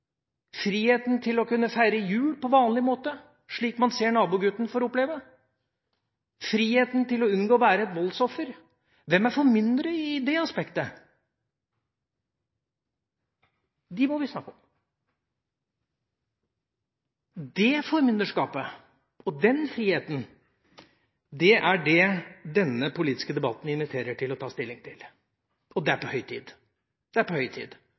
friheten til å kunne feire jul på vanlig måte, slik man ser nabogutten får oppleve, friheten til å unngå å være et voldsoffer? Hvem er formyndere i det aspektet? Det må vi snakke om. Dette formynderskapet og den friheten er det denne politiske debatten inviterer til å ta stilling til – og det er på høy tid. Det er på høy tid